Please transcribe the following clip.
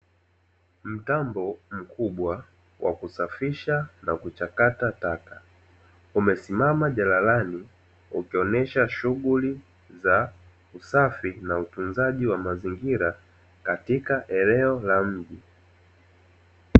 Mtambo mkubwa wa kusafisha na kuchakata taka, umesimama jalalani ukionyesha shughuli za usafi na utunzaji wa mazingira katika eneo la mji.